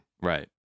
right